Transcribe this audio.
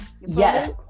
Yes